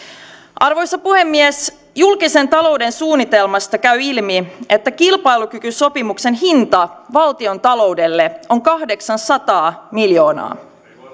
arvoisa puhemies julkisen talouden suunnitelmasta käy ilmi että kilpailukykysopimuksen hinta valtiontaloudelle on kahdeksansataa miljoonaa